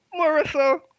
Marissa